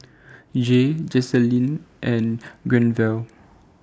Jaye Joselin and Granville